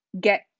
get